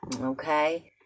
Okay